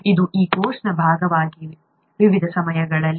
ಇದು ಈ ಕೋರ್ಸ್ನ ಭಾಗವಾಗಿ ವಿವಿಧ ಸಮಯಗಳಲ್ಲಿ